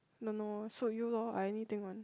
don't know suit you lor I anything one